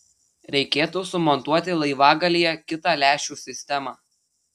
reikėtų sumontuoti laivagalyje kitą lęšių sistemą